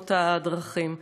בתאונות הדרכים.